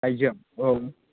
बाइकजों औ